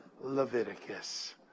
Leviticus